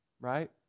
Right